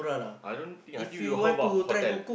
I don't think I think we how about hotel